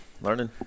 learning